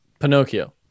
Pinocchio